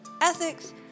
ethics